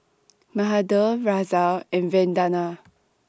Mahade Razia and Vandana